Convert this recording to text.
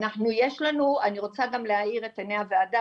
אני רוצה גם להאיר את עיני הועדה